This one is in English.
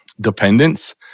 dependence